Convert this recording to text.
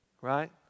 Right